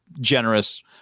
generous